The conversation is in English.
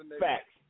Facts